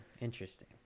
Interesting